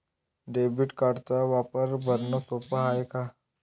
Debit कार्डचा वापर भरनं सोप हाय का?